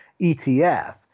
ETF